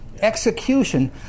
Execution